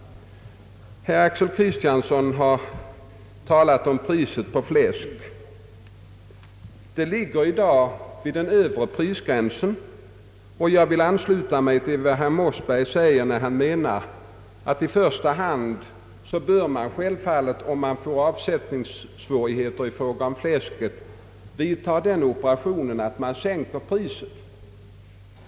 Herr Axel Kristiansson har talat om priset på fläsk. Det ligger i dag vid den övre prisgränsen, och jag vill ansluta mig till vad herr Mossberger säger, när han anser att man i första hand, om det uppstår avsättningssvårigheter i fråga om fläsket, självfallet bör vidtaga den operationen att man sänker priset.